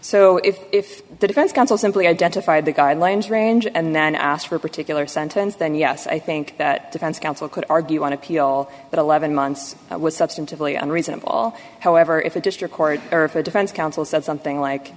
so if if the defense counsel simply identified the guidelines range and then asked for a particular sentence then yes i think that defense counsel could argue on appeal but eleven months was substantively unreasonable however if a district court or for defense counsel said something like